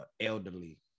elderly